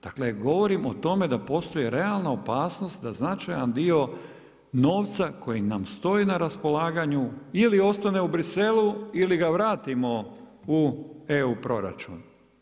Dakle, govorim o tome da postoji realna opasnost da značajan dio novca koji nam stoji na raspolaganju ili ostane u Bruxellesu ili ga vratimo u EU proračun.